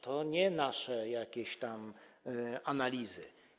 To nie nasze jakieś tam analizy.